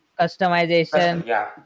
Customization